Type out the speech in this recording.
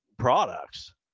products